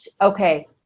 okay